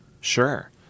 Sure